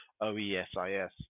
O-E-S-I-S